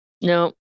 No